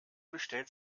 bestellt